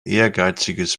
ehrgeiziges